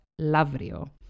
Lavrio